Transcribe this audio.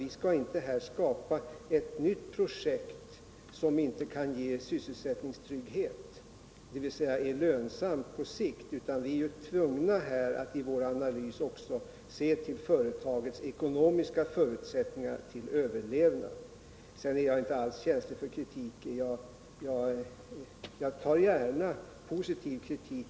Vi skall dock skapa en ny industri som ger sysselsättningstrygghet, dvs. lönsam på sikt. Vi är alltså tvungna att i vår analys också se till företagets ekonomiska förutsättningar för överlevnad. Jag är inte alls känslig för kritik, utan jag tar gärna positiv sådan.